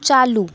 चालू